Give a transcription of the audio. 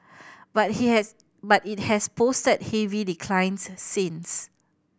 but he has but it has posted heavy declines since